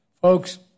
Folks